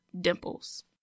dimples